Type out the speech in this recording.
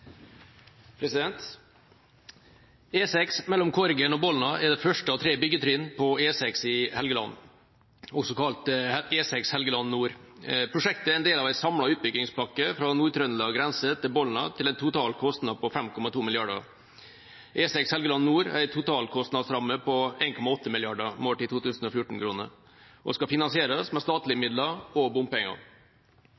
mellom Korgen og Bolna er det første av tre byggetrinn på E6 i Helgeland, også kalt E6 Helgeland nord. Prosjektet er en del av en samlet utbyggingspakke fra Nord-Trøndelag grense til Bolna til en total kostnad på 5,2 mrd. kr. E6 Helgeland nord har en totalkostnadsramme på 1,8 mrd. kr, målt i 2014-kroner, og skal finansieres med statlige